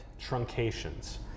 Truncations